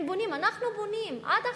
הם בונים, אנחנו בונים, עד עכשיו.